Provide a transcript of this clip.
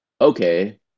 okay